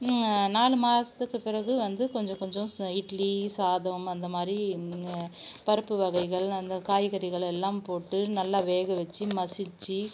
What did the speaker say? நாலு மாதத்துக்கு பிறகு வந்து கொஞ்சம் கொஞ்சம் ஸ் இட்லி சாதம் அந்தமாதிரி பருப்பு வகைகள் அந்த காய்கறிகளெல்லாம் போட்டு நல்லா வேக வச்சி மசித்து